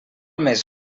més